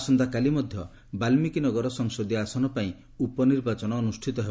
ଆସନ୍ତାକାଲି ମଧ୍ୟ ବାଲ୍ମିକୀ ନଗର ସଂସଦୀୟ ଆସନ ପାଇଁ ଉପନିର୍ବାଚନ ଅନୁଷ୍ଠିତ ହେବ